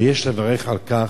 ויש לברך על כך,